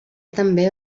també